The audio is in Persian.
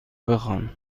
بخوان